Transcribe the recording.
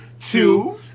Two